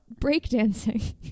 Breakdancing